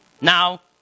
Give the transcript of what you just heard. Now